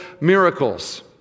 miracles